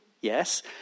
yes